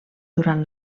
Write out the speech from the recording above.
durant